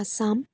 Assam